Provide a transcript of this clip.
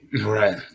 Right